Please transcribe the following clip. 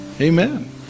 Amen